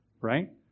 Right